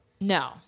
No